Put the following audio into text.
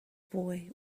boy